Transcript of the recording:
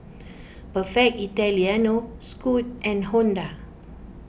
Perfect Italiano Scoot and Honda